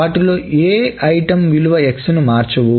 వాటిలో ఏవి వస్తువు విలువ "x" ను మార్చవు